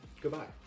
Goodbye